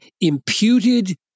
imputed